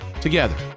together